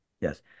yes